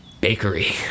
bakery